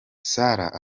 sarah